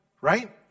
Right